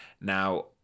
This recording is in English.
Now